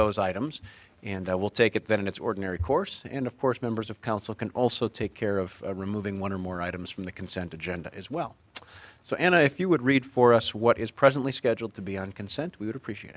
those items and i will take it then it's ordinary course and of course members of council can also take care of removing one or more items from the consent agenda as well so and if you would read for us what is presently scheduled to be on consent we would appreciate